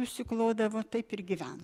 užsiklodavo taip ir gyveno